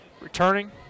returning